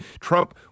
Trump